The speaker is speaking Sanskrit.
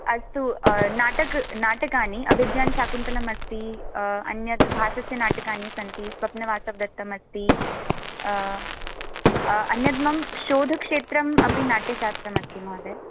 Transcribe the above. अस्तु नाटक् नाटकानि अभिज्ञानशाकुन्तलमस्ति अन्यत् भासस्य नाटकानि सन्ति स्वप्नवासवदत्तम् अस्ति अन्यत् मम शोधक्षेत्रम् अपि नाट्यशास्त्रमस्ति महोदय